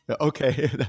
Okay